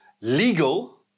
legal